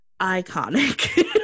iconic